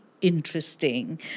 interesting